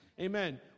Amen